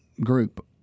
group